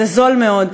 זה זול מאוד,